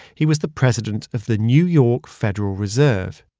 he was the president of the new york federal reserve.